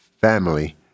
family